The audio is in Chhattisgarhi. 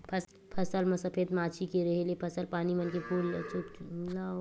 फसल म सफेद मांछी के रेहे ले फसल पानी मन के फूल ल चूस डरथे